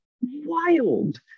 wild